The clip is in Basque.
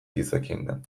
gizakiengan